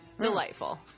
Delightful